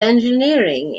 engineering